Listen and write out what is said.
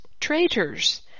traitors